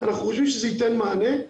אנחנו חושבים שזה ייתן מענה.